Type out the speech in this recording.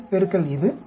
இது பெருக்கல் இது